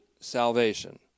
salvation